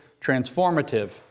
transformative